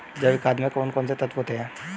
जैविक खाद में कौन कौन से तत्व होते हैं?